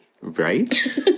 Right